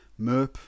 Merp